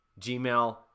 gmail